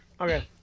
Okay